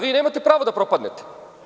Vi nemate pravo da propadnete.